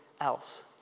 else